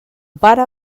pare